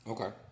Okay